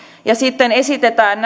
ja sitten esitetään